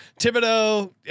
Thibodeau